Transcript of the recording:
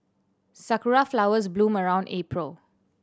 sakura flowers bloom around April